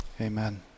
Amen